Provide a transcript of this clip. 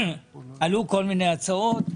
עלו כל מיני הצעות.